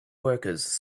workers